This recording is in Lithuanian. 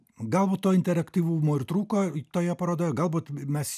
galbūt to interaktyvumo ir trūko toje parodoje galbūt mes